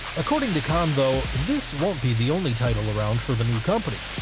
according to khan though, this won't be the only title around for the new company,